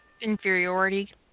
Inferiority